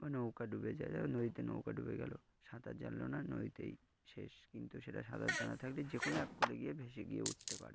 ও নৌকা ডুবে যায় ও নদীতে নৌকা ডুবে গেল সাঁতার জানলো না নদীতেই শেষ কিন্তু সেটা সাঁতার জানা থাকলে যে কোনো এক কূলে গিয়ে ভেসে গিয়ে উঠতে পারে